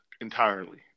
entirely